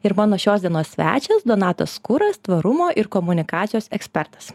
ir mano šios dienos svečias donatas kuras tvarumo ir komunikacijos ekspertas